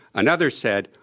another said,